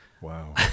wow